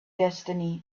destiny